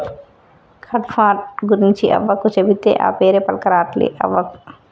కడ్పాహ్నట్ గురించి అవ్వకు చెబితే, ఆ పేరే పల్కరావట్లే అవ్వకు